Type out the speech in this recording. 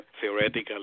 theoretically